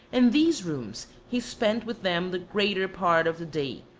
in these rooms he spent with them the greater part of the day,